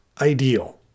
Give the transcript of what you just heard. ideal